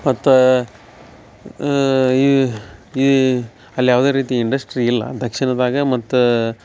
ಮತ್ತ ಈ ಈ ಅಲ್ಲಿ ಯಾವುದೇ ರೀತಿ ಇಂಡಸ್ಟ್ರಿ ಇಲ್ಲ ದಕ್ಷಿಣದ ಭಾಗ ಮತ್ತಿ